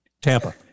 Tampa